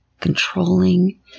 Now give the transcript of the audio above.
controlling